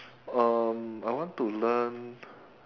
um I want to learn